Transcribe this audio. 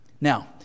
Now